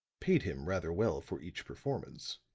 paid him rather well for each performance.